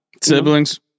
Siblings